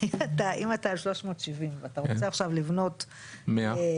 אם אתה על 370 ואתה רוצה עכשיו לבנות 100,